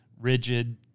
rigid